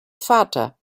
vater